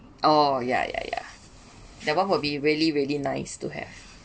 oh ya ya ya that one would be really really nice to have